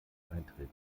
eintreten